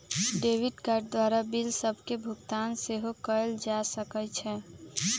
debit card द्वारा bill सभके भुगतान सेहो कएल जा सकइ छै